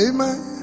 Amen